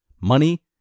money